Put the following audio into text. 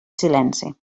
silenci